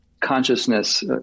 consciousness